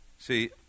See